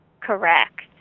Correct